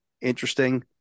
interesting